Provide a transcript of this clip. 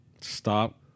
stop